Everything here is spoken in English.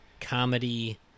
comedy